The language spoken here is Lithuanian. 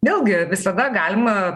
vėlgi visada galima